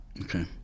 Okay